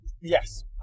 Yes